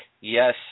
yes